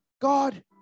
God